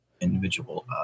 individual